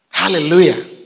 Hallelujah